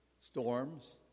storms